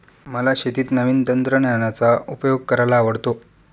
मला शेतीत नवीन तंत्रज्ञानाचा उपयोग करायला आवडतो